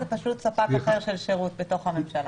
זה פשוט ספק אחר של שירות בתוך הממשלה.